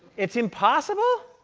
it's impossible?